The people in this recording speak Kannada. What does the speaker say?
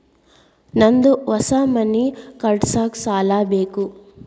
ನಂದು ಹೊಸ ಮನಿ ಕಟ್ಸಾಕ್ ಸಾಲ ಬೇಕು